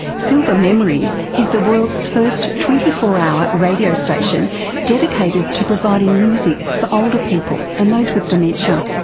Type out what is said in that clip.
silver memories is the world's first twenty four hour radio station dedicated to providing music for older people and those with dementia.